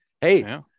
Hey